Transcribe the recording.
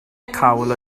cawl